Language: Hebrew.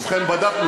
ובכן, בדקנו.